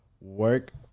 work